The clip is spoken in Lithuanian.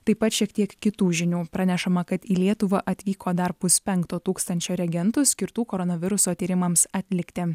taip pat šiek tiek kitų žinių pranešama kad į lietuvą atvyko dar puspenkto tūkstančio reagentų skirtų koronaviruso tyrimams atlikti